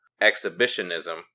exhibitionism